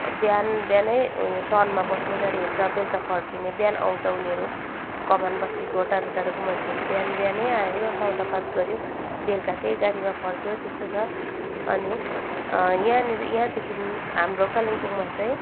बिहान बिहानै टर्नमा बस्ने गाडी हुन्छ बेलुका फर्किने बिहान आउँछ उनीहरू कमानबस्तीको टाढो टाढोको मान्छेहरू बिहान बिहानै आयो सौदापात गऱ्यो बेलुका त्यही गाडीमा फर्कियो त्यस्तो छ अनि यहाँनिर यहाँदेखि हाम्रो कालिम्पोङमा चाहिँ